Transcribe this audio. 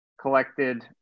collected